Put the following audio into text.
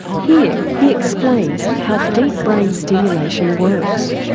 he he explains how deep brain stimulation works.